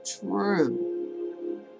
true